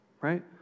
right